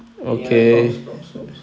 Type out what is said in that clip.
any other prompts prompts prompts